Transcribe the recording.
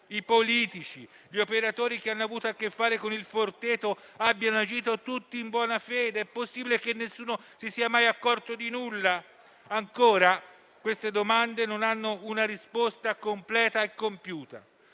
i politici, gli operatori che hanno avuto a che fare con "Il Forteto" abbiano agito tutti in buona fede? È possibile che nessuno si sia mai accorto di nulla? Ancora queste domande non hanno una risposta completa e compiuta.